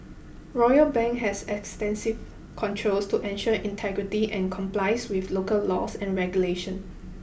Royal Bank has extensive controls to ensure integrity and complies with local laws and regulations